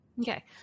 Okay